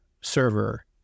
server